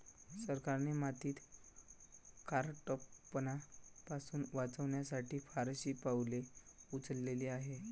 सरकारने मातीचा खारटपणा पासून वाचवण्यासाठी फारशी पावले उचलली आहेत